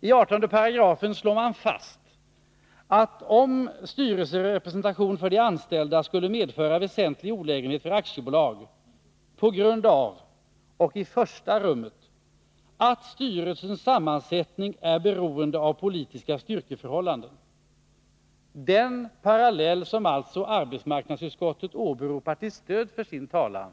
118 § slås fast att om styrelserepresentation för de anställda skulle medföra väsentlig olägenhet för aktiebolag på grund av att, i första rummet, styrelsens sammansättning är beroende av politiska styrkeförhållanden — den parallell som alltså majoriteten i arbetsmarknadsutskottet åberopar till stöd för sin talan